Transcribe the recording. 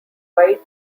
wide